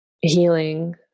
healing